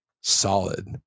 Solid